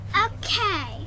Okay